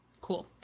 cool